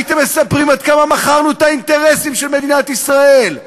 הייתם מספרים עד כמה מכרנו את האינטרסים של מדינת ישראל,